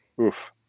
Oof